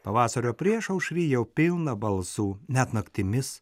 pavasario priešaušry jau pilna balsų net naktimis